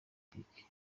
politiki